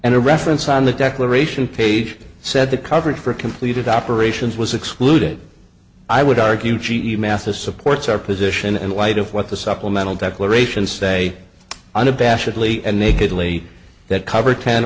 and a reference on the declaration page said the coverage for completed operations was excluded i would argue g e massa supports our position in light of what the supplemental declarations say unabashedly and nakedly that cover ten